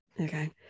Okay